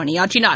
பணியாற்றினார்